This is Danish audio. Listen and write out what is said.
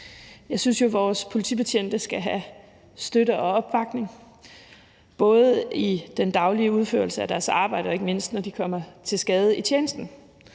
Jeg synes jo, vores politibetjente skal have støtte og opbakning, både i den daglige udførelse af deres arbejde og ikke mindst, når de kommer til skade i tjenesten.